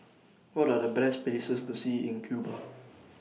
What Are The Best Places to See in Cuba